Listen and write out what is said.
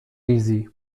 wizji